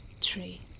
tree